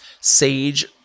sage